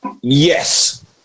Yes